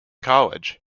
college